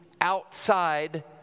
outside